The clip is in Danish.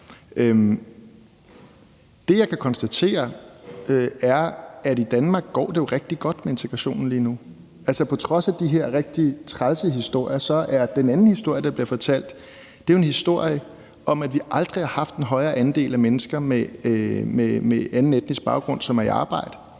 Det, jeg kan konstatere, er, at i Danmark går det jo rigtig godt med integrationen lige nu. Altså, på trods af de her rigtig trælse historier er den anden historie, der er, jo historien om, at vi aldrig har haft en højere andel af mennesker med anden etnisk baggrund, som er i arbejde,